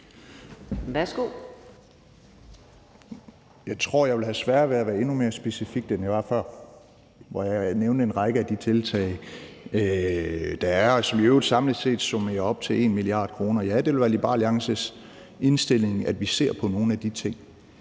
(LA): Jeg tror, jeg vil have svært ved at være endnu mere specifik, end jeg var før, hvor jeg nævnte en række af de tiltag, der er, og som i øvrigt samlet set summerer op til 1 mia. kr. Det vil være Liberal Alliances indstilling, at vi ser på nogle af de ting